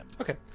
okay